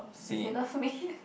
if you love me